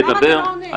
למה אתה לא עונה?